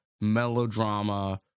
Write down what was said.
melodrama